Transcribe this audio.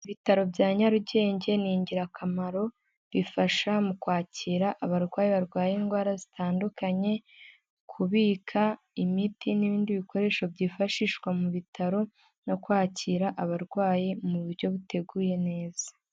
Ibitaro bya Nyarugenge ni ingirakamaro, bifasha mu kwakira abarwayi barwaye indwara zitandukanye, kubika imiti n'ibindi bikoresho byifashishwa mu bitaro no kwakira abarwayi mu buryo buteguye neza.